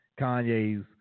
Kanye's